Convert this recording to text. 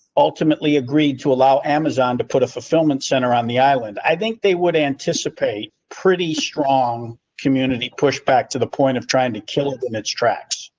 ultimately, agreed to allow amazon to put a fulfillment center on the island. i think they would anticipate pretty strong community push back to the point of trying to kill it in its tracks.